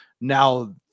now